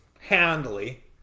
handily